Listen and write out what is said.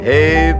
Hey